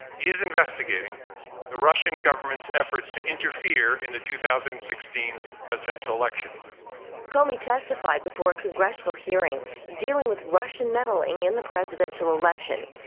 is investigating the russian government's efforts to interfere in the two thousand and sixteen presidential election. reporter comey testified before a congressional hearing dealing with russian meddling in the presidential election.